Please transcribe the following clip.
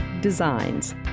designs